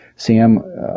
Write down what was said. Sam